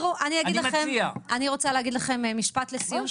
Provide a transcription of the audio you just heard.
אני רוצה להגיד לכם משפט אחד לסיום.